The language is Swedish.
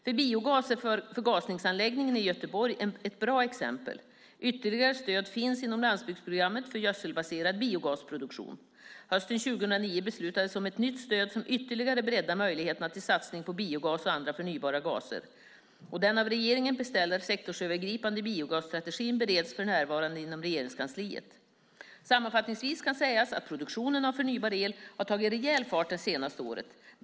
För biogas är förgasningsanläggningen i Göteborg ett bra exempel. Ytterligare stöd finns inom landsbygdsprogrammet för gödselbaserad biogasproduktion. Hösten 2009 beslutades om ett nytt stöd som ytterligare breddar möjligheterna till satsning på biogas och andra förnybara gaser. Den av regeringen beställda sektorsövergripande biogasstrategin bereds för närvarande inom Regeringskansliet. Sammanfattningsvis kan sägas att produktionen av förnybar el har tagit rejäl fart de senaste åren.